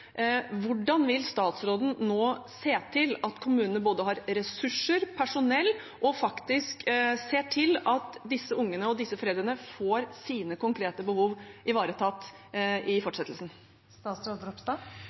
Hvordan vil statsråden nå se til at kommunene har både ressurser og personell, og faktisk ser til at disse ungene og disse foreldrene får sine konkrete behov ivaretatt i